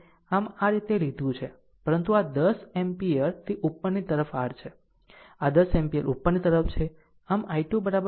આમ આ આ રીતે લીધું છે પરંતુ આ 10 એમ્પીયર તે ઉપરની તરફ r છે આ 10 એમ્પીયર ઉપરની તરફ છે